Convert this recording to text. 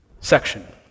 section